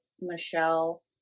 Michelle